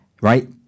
right